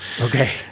Okay